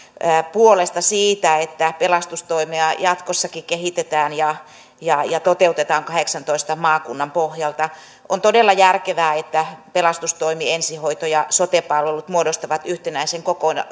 puolesta siitä että pelastustoimea jatkossakin kehitetään ja ja toteutetaan kahdeksantoista maakunnan pohjalta on todella järkevää että pelastustoimi ensihoito ja sote palvelut muodostavat yhtenäisen